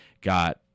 got